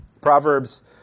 Proverbs